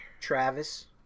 Travis